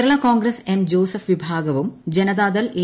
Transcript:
Kerala Congress M Jose വിഭാഗവും Janata Dal A